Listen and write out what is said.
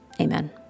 Amen